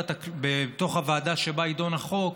בתוך הוועדה שבה יידון החוק,